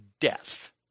Death